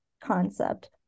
concept